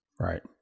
Right